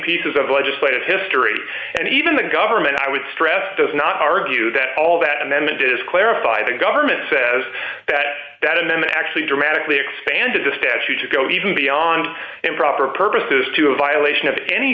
pieces of legislative history and even the government i would stress does not argue that all that amendment is clarified and government says that that and then actually dramatically expanded the statute to go even beyond improper purposes to a violation of any